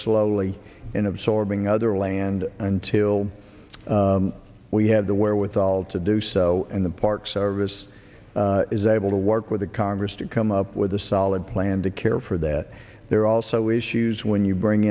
slowly in absorbing other land until we have the wherewithal to do so and the park service is able to work with the congress to come up with a solid plan to care for that there are also issues when you bring